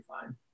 fine